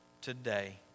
today